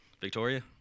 Victoria